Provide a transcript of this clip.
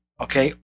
okay